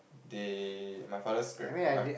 they my father's grand my